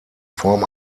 form